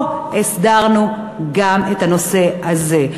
הסדרנו גם את הנושא הזה.